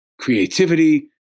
creativity